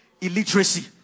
illiteracy